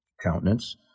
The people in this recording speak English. countenance